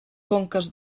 conques